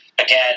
again